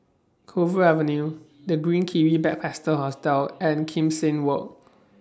Clover Avenue The Green Kiwi Backpacker Hostel and Kim Seng Walk